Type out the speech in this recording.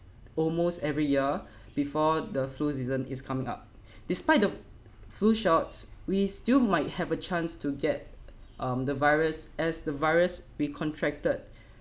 almost every year before the flu season is coming up despite the flu shots we still might have a chance to get um the virus as the virus we contracted